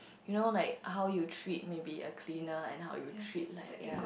you know like how you treat maybe a cleaner and how you treat like ya